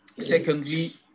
Secondly